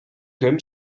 gum